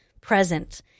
present